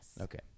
Okay